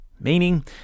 Meaning